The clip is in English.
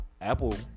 Apple